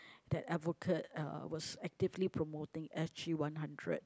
that advocate uh was actively promoting s_g one hundred